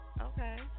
Okay